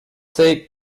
sake